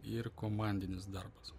ir komandinis darbas